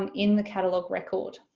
um in the catalogue record.